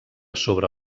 sobre